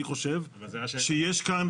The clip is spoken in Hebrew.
אני חושב שיש כאן